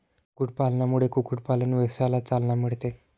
कुक्कुटपालनामुळे कुक्कुटपालन व्यवसायाला चालना मिळते